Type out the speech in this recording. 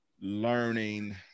learning